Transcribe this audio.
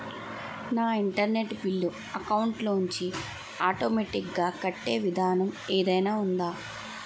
నా internet bill account లోంచి automatic గా కట్టే విధానం ఏదైనా ఉందా?